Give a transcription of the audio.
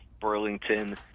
Burlington